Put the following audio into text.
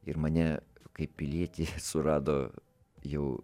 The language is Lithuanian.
ir mane kaip pilietį surado jau